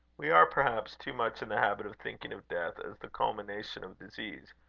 we are, perhaps, too much in the habit of thinking of death as the culmination of disease,